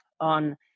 on